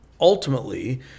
ultimately